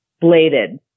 bladed